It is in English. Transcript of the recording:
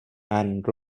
and